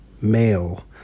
male